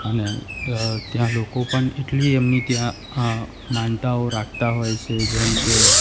અને ત્યાં લોકો એટલી એમની ત્યાં માનતાઓ રાખતા હોય છે જેમ કે